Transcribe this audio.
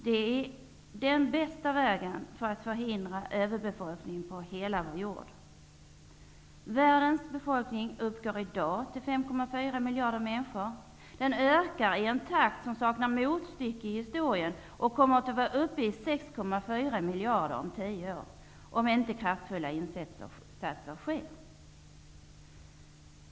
Det är den bästa vägen för att förhindra överbefolkning på hela vår jord. Världens befolkning uppgår i dag till 5,4 miljarder människor. Den ökar i en takt som saknar motstycke i historien och kommer att vara uppe i 6,4 miljarder om tio år om inte kraftfulla insatser sker.